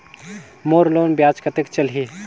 मोर loan ब्याज कतेक चलही?